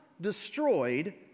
destroyed